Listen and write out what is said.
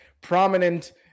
prominent